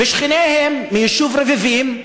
-- ושכניהם מיישוב רביבים,